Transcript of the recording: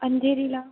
अंधेरीला